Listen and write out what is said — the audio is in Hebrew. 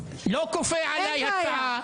לא כופה עליי הצעה.